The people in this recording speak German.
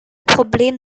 problem